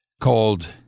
called